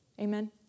Amen